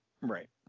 Right